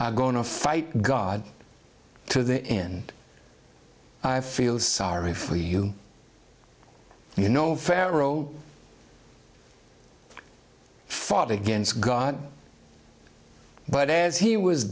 going to fight god to the end i feel sorry for you you know pharaoh fought against god but as he was